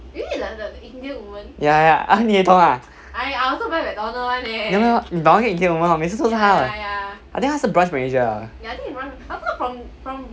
ya ya ah 你也懂 ah ya lor 你懂那个 Indian women hor 每次都是他 what I think 他是 branch manager leh